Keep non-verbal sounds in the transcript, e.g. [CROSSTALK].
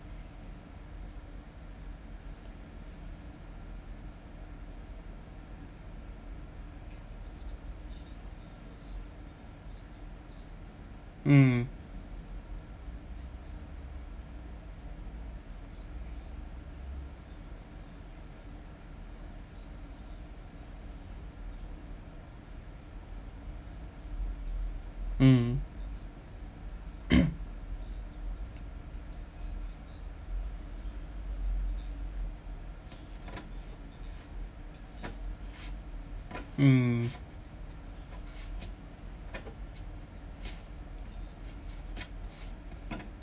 mm mm [COUGHS] mm